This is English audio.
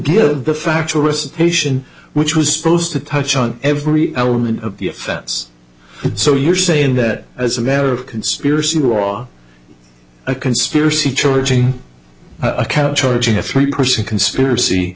give the factual recitation which was supposed to touch on every element of the offense so you're saying that as a matter of conspiracy draw a conspiracy charging account charging a three person conspiracy